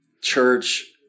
church